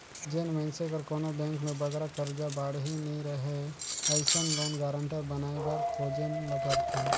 जेन मइनसे कर कोनो बेंक में बगरा करजा बाड़ही नी रहें अइसन लोन गारंटर बनाए बर खोजेन ल परथे